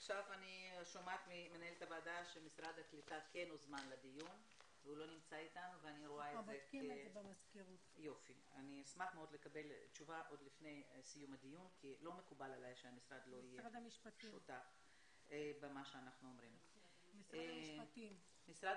אני שומעת ממנהלת הוועדה שמשרד הקליטה כן הוזמן לדיון והוא לא